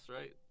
right